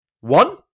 One